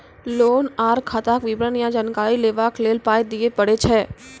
Loan आर खाताक विवरण या जानकारी लेबाक लेल पाय दिये पड़ै छै?